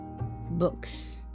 books